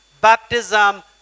baptism